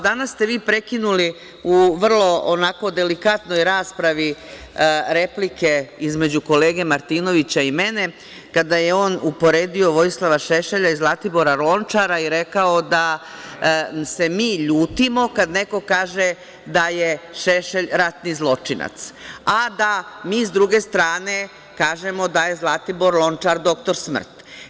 Danas ste vi prekinuli u vrlo delikatnoj raspravi replike između kolege Martinovića i mene, kada je on uporedio Vojislava Šešelja i Zlatibora Lončara i rekao da se mi ljutimo kada neko kaže da je Šešelj ratni zločinac, a da mi s druge strane kažemo da je Zlatibor Lončar dr smrt.